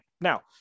Now